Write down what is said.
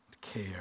care